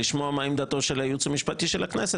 לשמוע מה עמדתו של הייעוץ המשפטי של הכנסת,